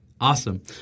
Awesome